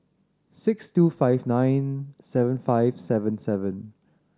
six two five nine seven five seven seven